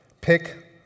pick